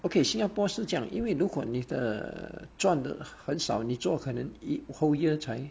okay singapore 是这样因为如果你的赚的很少你做可能 whole year time 才